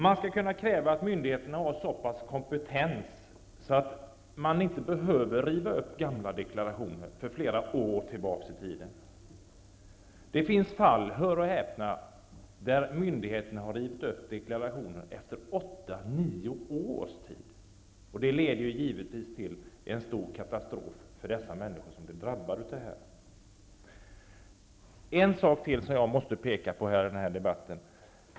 Man skall kunna kräva att myndigheterna har en sådan kompetens att de inte behöver riva upp gamla deklarationer för flera år tillbaka. Det finns fall -- hör och häpna -- där myndigheterna har rivit upp deklarationen efter 8--9 års tid. Det leder givetvis till en stor katastrof för de människor som det drabbar. Det finns en sak till som jag måste peka på i denna debatt.